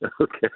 Okay